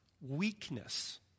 weakness